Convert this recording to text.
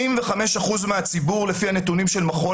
55 אחוזים מהציבור לפי הנתונים של מכון